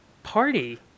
party